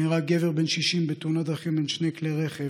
נהרג גבך בן 60 בתאונת דרכים בין שני כלי רכב